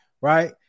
Right